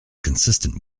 consistent